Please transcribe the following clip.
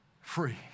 free